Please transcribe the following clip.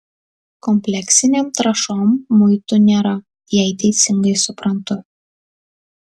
kompleksinėm trąšom muitų nėra jei teisingai suprantu